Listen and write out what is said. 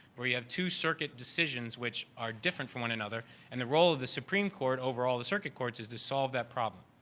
where you have two circuit decisions which are different from one another. and the role of the supreme court overall the circuit court is to solve that problem.